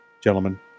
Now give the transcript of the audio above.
Gentlemen